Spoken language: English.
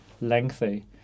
lengthy